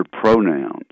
pronouns